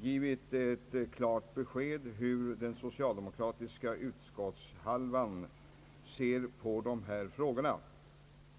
givit ett klart besked om hur den socialdemokratiska hälften av utskottet ser på dessa frågor.